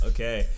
Okay